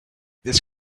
this